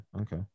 Okay